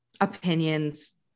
opinions